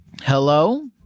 Hello